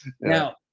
now